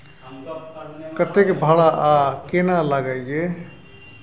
कतेक भाड़ा आ केना लागय ये?